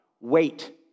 wait